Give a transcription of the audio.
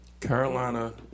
Carolina